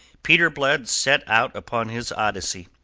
peter blood set out upon his odyssey.